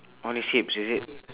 on his hips is it